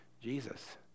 Jesus